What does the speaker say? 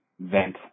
vent